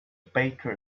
baker